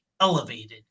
elevated